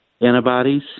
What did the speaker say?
antibodies